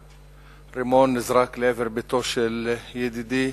שרימון נזרק לעבר ביתו של ידידי